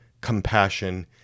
compassion